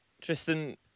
Tristan